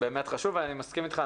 באמת חשוב, אני מסכים איתך.